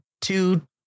two